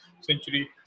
century